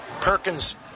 Perkins